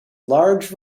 large